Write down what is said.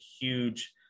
huge